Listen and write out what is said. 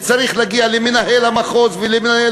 היה צריך להגיע למנהל המחוז ולמנהל,